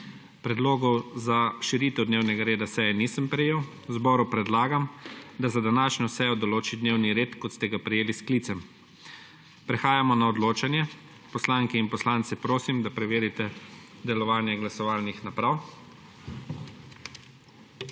Predlogov za širitev dnevnega reda seje nisem prejel. Zboru predlagam, da za današnjo sejo določi dnevni red, kot ste ga prejeli s sklicem. Prehajamo na odločanje. Poslanke in poslance prosim, da preverite delovanje glasovalnih naprav.